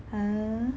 !huh!